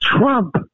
Trump